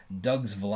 Doug's